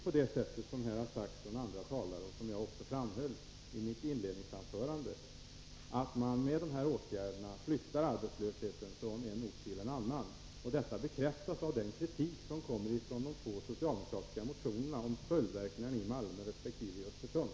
Precis som andra talare har sagt och som jag framhöll i mitt inledningsanförande flyttar man med dessa åtgärder arbetslösheten från en ort till en annan. Detta bekräftas av den kritik som kommer från de två socialdemokratiska motionerna om följdverkningarna i Malmö resp. Östersund.